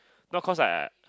not cause I I I